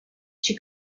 she